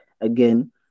again